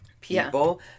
people